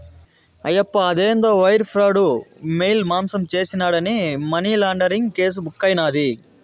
ఆయప్ప అదేందో wire fraud, mail మాసం చేసినాడాని మనీలాండరీంగ్ కేసు బుక్కైనాది